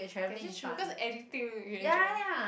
kay actually true cause everything you enjoy